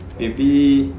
a bit